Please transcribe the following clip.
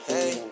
Hey